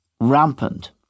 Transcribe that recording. rampant